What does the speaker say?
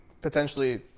potentially